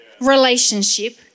relationship